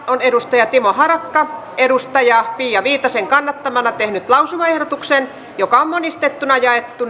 on timo harakka pia viitasen kannattamana tehnyt lausumaehdotuksen joka on monistettuna jaettu